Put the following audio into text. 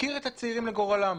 מפקיר את הצעירים לגורלם.